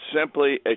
simply